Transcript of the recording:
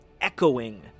echoing